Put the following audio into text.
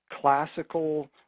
classical